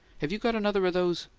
have you got another of those?